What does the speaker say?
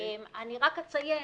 אני רק אציין,